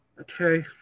Okay